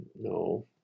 No